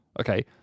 Okay